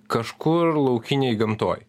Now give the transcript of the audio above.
kažkur laukinėj gamtoj